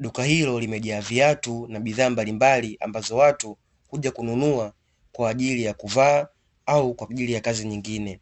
duka hilo limejaa viatu na bidhaa mbalimbali ambazo watu huja kununua, kwa ajili ya kuvaa au kwa ajili ya kazi nyingine.